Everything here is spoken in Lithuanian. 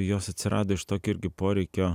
jos atsirado iš tokio irgi poreikio